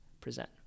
present